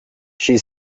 she